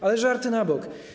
Ale żarty na bok.